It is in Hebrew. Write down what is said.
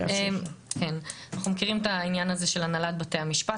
אנחנו מכירים את העניין הזה של הנהלת בתי המשפט,